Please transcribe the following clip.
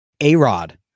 A-Rod